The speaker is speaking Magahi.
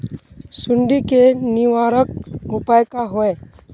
सुंडी के निवारक उपाय का होए?